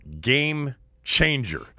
Game-changer